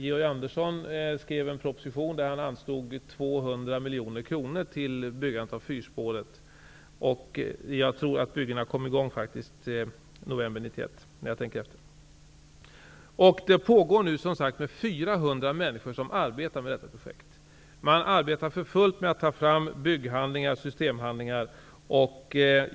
Georg Andersson skrev en proposition där han föreslog 200 miljoner kronor till byggandet av den fyrspåriga banan, och byggena kom i gång november 1991. För närvarande pågår alltså en byggverksamhet för detta projekt omfattande 400 människor. Man arbetar för fullt med att ta fram bygghandlingar och systemhandlingar.